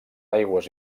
aigües